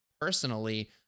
personally